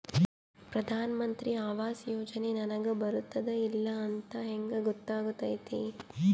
ಪ್ರಧಾನ ಮಂತ್ರಿ ಆವಾಸ್ ಯೋಜನೆ ನನಗ ಬರುತ್ತದ ಇಲ್ಲ ಅಂತ ಹೆಂಗ್ ಗೊತ್ತಾಗತೈತಿ?